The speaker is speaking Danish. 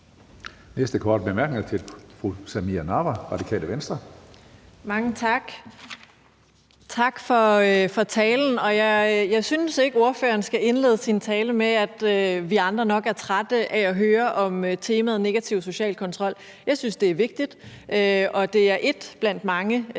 næste korte bemærkning er fra fru Samira Nawa, Radikale Venstre. Kl. 15:15 Samira Nawa (RV): Mange tak, og tak for talen. Jeg synes ikke, at ordføreren skal indlede sin tale med at sige, at vi andre nok er trætte af at høre om temaet negativ social kontrol. Jeg synes, det er vigtigt, og det er én blandt mange